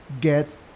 get